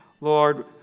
Lord